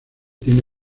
tiene